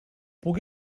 puc